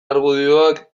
argudioak